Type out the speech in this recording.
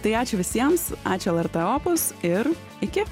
tai ačiū visiems ačiū lrt opus ir iki